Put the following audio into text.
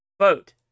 vote